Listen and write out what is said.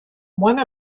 one